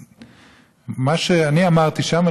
ומה שאני אמרתי שם,